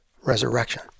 resurrection